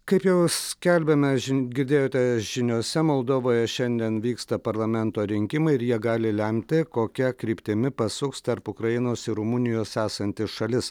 kaip jau skelbėme žin girdėjote žiniose moldovoje šiandien vyksta parlamento rinkimai ir jie gali lemti kokia kryptimi pasuks tarp ukrainos ir rumunijos esanti šalis